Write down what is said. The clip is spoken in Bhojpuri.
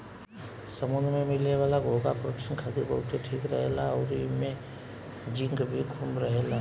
समुंद्र में मिले वाला घोंघा प्रोटीन खातिर बहुते ठीक रहेला अउरी एइमे जिंक भी खूब रहेला